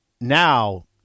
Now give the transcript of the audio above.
now